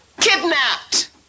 kidnapped